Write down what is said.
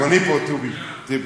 גם אני פה, טיבי.